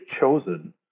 chosen